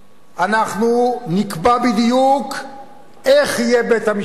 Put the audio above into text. אנחנו נקבע בדיוק איך יהיה בית-המשפט העליון.